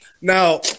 Now